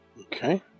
Okay